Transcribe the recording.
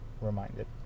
reminded